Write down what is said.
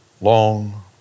long